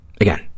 again